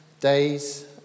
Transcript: days